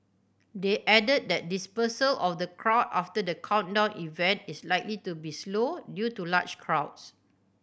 they added that dispersal of the crowd after the countdown event is likely to be slow due to large crowds